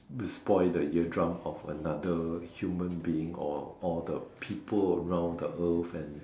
be spoil the eardrum of another human being or all the people around the earth and